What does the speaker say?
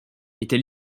était